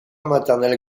maternel